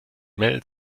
mel